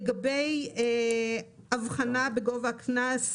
לגבי הבחנה בגובה הקנס,